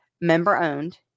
member-owned